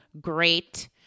great